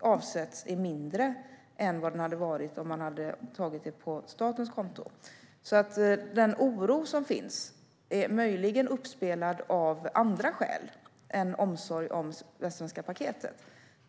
avsätts är mindre än vad den hade varit om man hade tagit det på statens konto. Den oro som finns är möjligen uppspelad av andra skäl än omsorg om Västsvenska paketet.